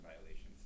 violations